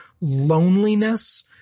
loneliness